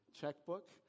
checkbook